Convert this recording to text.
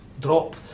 drop